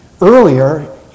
Earlier